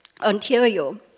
Ontario